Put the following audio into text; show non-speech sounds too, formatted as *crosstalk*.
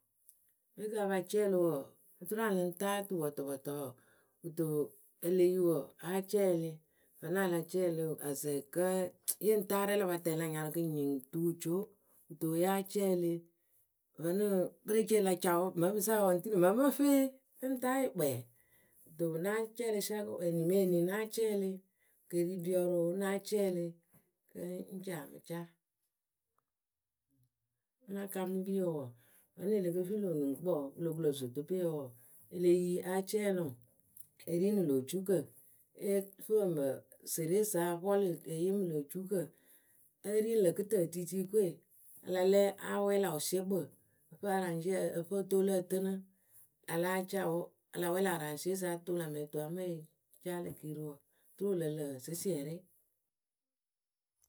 Pe ka pa cɛɛlɨ wɔɔ oturu a lɨŋ taa tupɔtɔpɔtɔɔ kɨto e le yi wɔɔ áa cɛɛlɩ vǝ́nɨ a la cɛɛlɩ wǝǝ asɛ kǝ́ *noise* yɨŋ taa rɛ la pa tɛlɩ lä nyarɨ kɨ ŋ nyɩŋ tuu wɨ co kɨto yáa cɛɛlɩ. vǝ́nɨ perecee la ca oo ŋmɨ kɨsa wǝǝ ŋ́tini ŋmɨ mɨ ŋ fɨ yɨɨ nɨŋ taa yɨ kpɛɛ, kɨto náa cɛɛlɩ schakɨ eni mɨ eni náa cɛɛlɩ. wɨ ke ri ɖiɔrǝ oo náa cɛɛlɩ kɨ ŋ́ ci amɨ caa., *noise* Ŋ́ náa kaŋ mɨ piyǝ wɔɔ vǝ́nɨ e le ke lö nuŋkukpǝ wɔɔ pɨ lo ku lǝ̈ zodopeyǝ wɔɔ, e le yi áa cɛɛlɩ ŋwɨ e riini lö ocuukǝ e ǝ fɨ ǝmǝ sereyǝ sa apɔlɩ e yee mɨ lö ocuukǝ. Ée riini lǝ̈ kɨtǝtiitiikǝ we la lɛɛ áa wɛɛ lä wɨsiɛkpǝ Fɨ araŋzie ǝ fɨ o toolu ǝ tɨnɨ a láa caa oo a la wɛɛ lä araŋsieyǝ sa tʊʊ lä mɛŋwǝ toŋ a mɨ caa lë keeriwǝ turu wǝ lǝ lǝ sɩsiɛrɩ.